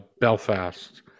Belfast